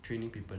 training people